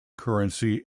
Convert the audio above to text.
currency